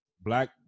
black